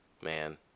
man